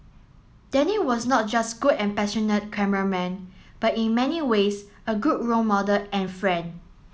Danny was not just good and passionate cameraman but in many ways a good role model and friend